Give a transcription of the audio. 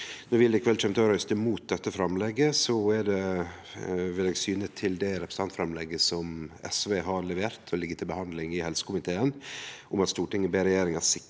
Når vi likevel kjem til å røyste mot dette framlegget, vil eg syne til representantframlegget som SV har levert, og som ligg til behandling i helsekomiteen, om at «Stortinget ber regjeringen sikre